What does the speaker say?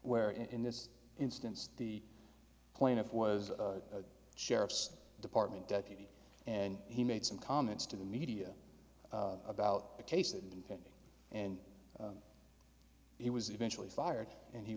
where in this instance the plaintiff was a sheriff's department deputy and he made some comments to the media about the case and then and he was eventually fired and he